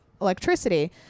electricity